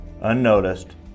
unnoticed